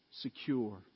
secure